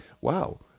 wow